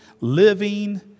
living